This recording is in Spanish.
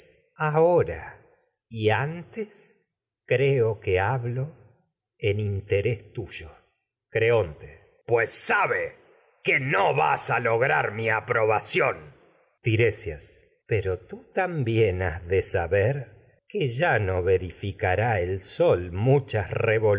ahora y antes creo que hablo en interés tuyo creonte bación pues sabe que no vas a lograr mi apro tiresias pero verificará el tú también has de saber que ya no con sol muchas